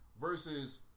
versus